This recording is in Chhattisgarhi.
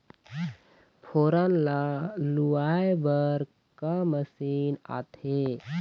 फोरन ला लुआय बर का मशीन आथे?